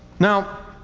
now,